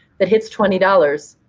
that hits twenty dollars,